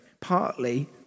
partly